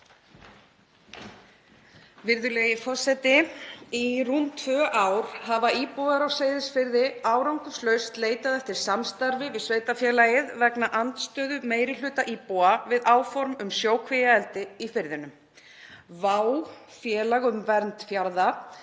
Virðulegi forseti. Í rúm tvö ár hafa íbúar á Seyðisfirði árangurslaust leitað eftir samstarfi við sveitarfélagið vegna andstöðu meiri hluta íbúa við áform um sjókvíaeldi í firðinum. VÁ! – félag um vernd fjarðar